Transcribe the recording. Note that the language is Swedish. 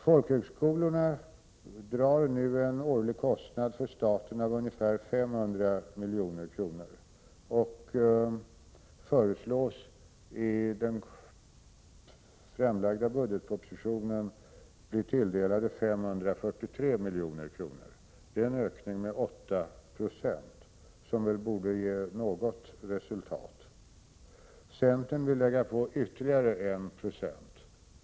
Folkhögskolorna drar nu en årlig kostnad för staten på ungefär 500 milj.kr., och i den framlagda budgetpropositionen föreslås de bli tilldelade 543 milj.kr., vilket är en ökning med 896. Det borde ge något resultat. Centern vill lägga på ytterligare 16.